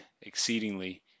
exceedingly